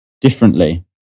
differently